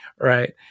right